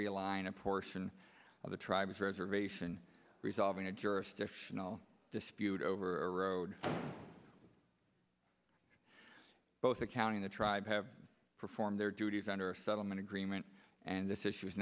realign a portion of the tribes reservation resolving a jurisdictional dispute over a road both accounting the tribes have perform their duties under a settlement agreement and th